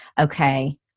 okay